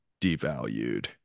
devalued